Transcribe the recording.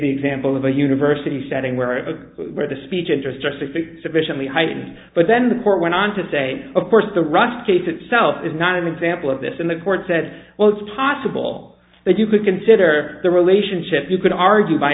the example of a university setting where i read the speech interest sufficiently heightened but then the court went on to say of course the russe case itself is not an example of this and the court said well it's possible that you could consider the relationship you could argue by